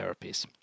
therapies